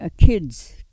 Kids